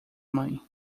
mãe